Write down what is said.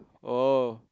oh